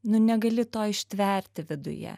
nu negali to ištverti viduje